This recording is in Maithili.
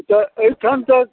तऽ अइठाम तऽ